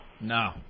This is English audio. No